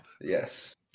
Yes